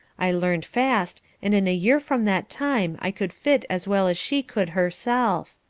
i learned fast, and in a year from that time i could fit as well as she could herself.